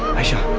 ayesha.